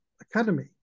academy